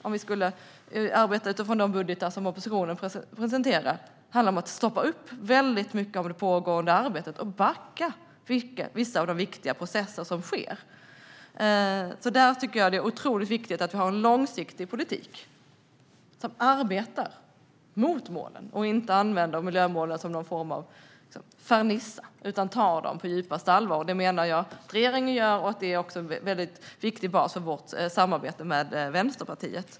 Om vi skulle arbeta utifrån de budgetar som oppositionen presenterar skulle en förändring i den delen handla om att stoppa mycket av det pågående arbetet och backa vissa av de viktiga processer som pågår. Det är otroligt viktigt att vi har en långsiktig politik som arbetar mot målen och inte använder miljömålen som någon form av fernissa utan tar dem på djupaste allvar. Det menar jag att regeringen gör, och det är också en viktig bas för vårt samarbete med Vänsterpartiet.